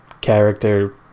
character